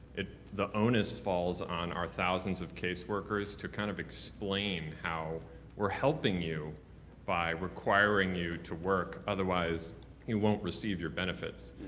the onus falls on our thousands of case workers to kind of explain how we're helping you by requiring you to work, otherwise you won't receive your benefits.